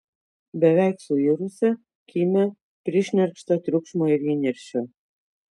beveik suirusią kimią prišnerkštą triukšmo ir įniršio